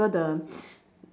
circle the